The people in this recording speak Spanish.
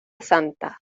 santa